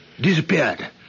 Disappeared